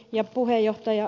arvoisa puhemies